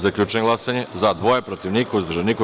Zaključujem glasanje: za – dvoje, protiv – niko, uzdržanih – nema.